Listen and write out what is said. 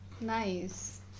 Nice